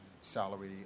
salary